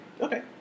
Okay